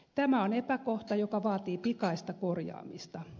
tämä on epäkohta joka vaatii pikaista korjaamista